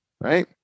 right